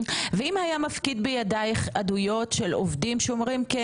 ואם היה מפקיד בידייך עדויות של עובדים שאומרים כן,